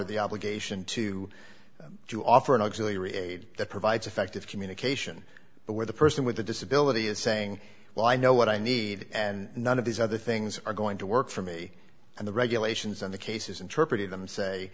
of the obligation to do offer an auxiliary aide that provides effective communication but where the person with a disability is saying well i know what i need and none of these other things are going to work for me and the regulations and the cases interpreted them say